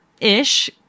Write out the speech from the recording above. ish